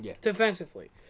defensively